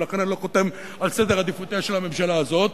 ולכן אני לא חותם על סדר עדיפויותיה של הממשלה הזאת,